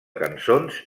cançons